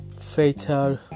fatal